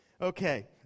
Okay